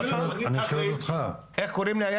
יאסר, איך קוראים לה?